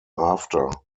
after